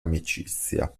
amicizia